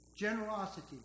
generosity